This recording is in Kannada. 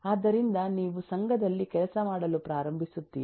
ಆದ್ದರಿಂದ ನೀವು ಸಂಘಗಳಲ್ಲಿ ಕೆಲಸ ಮಾಡಲು ಪ್ರಾರಂಭಿಸುತ್ತೀರಿ